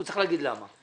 הוא צריך להגיד למה.